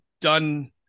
done